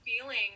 feeling